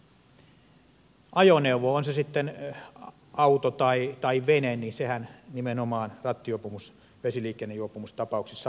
ajoneuvohan on se sitten auto tai vene nimenomaan rattijuopumus vesiliikennejuopumustapauksissa on tällainen